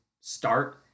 start